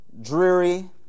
dreary